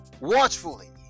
Watchfully